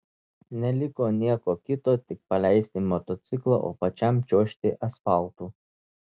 neliko nieko kito tik paleisti motociklą o pačiam čiuožti asfaltu